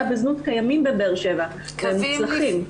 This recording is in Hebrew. בזנות קיימים בבאר-שבע והם מוצלחים.